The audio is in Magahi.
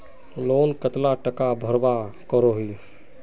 लोन कतला टाका भरवा करोही?